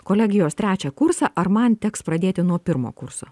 kolegijos trečią kursą ar man teks pradėti nuo pirmo kurso